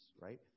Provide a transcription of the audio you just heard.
right